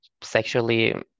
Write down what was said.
sexually